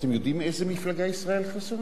אתם יודעים מאיזו מפלגה ישראל חסון?